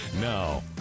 Now